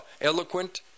eloquent